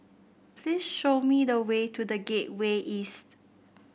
please show me the way to The Gateway East